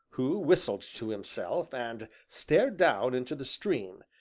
who whistled to himself, and stared down into the stream,